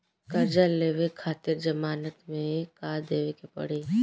कर्जा लेवे खातिर जमानत मे का देवे के पड़ी?